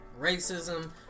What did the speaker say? racism